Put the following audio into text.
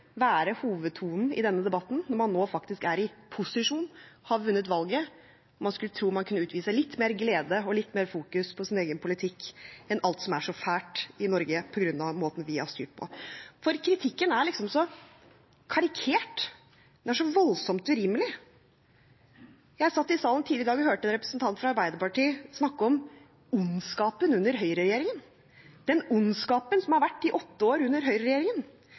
være hovedtonen i denne debatten når man nå faktisk er i posisjon, har vunnet valget. Man skulle tro man kunne utvise litt mer glede og fokusere litt mer på sin egen politikk enn alt som er så fælt i Norge på grunn av måten vi har styrt på. Kritikken er så karikert, den er så voldsomt urimelig. Jeg satt i salen tidligere i dag og hørte en representant fra Arbeiderpartiet snakke om ondskapen under høyreregjeringen, den ondskapen som har vært i åtte år under høyreregjeringen.